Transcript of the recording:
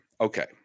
okay